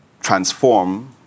transform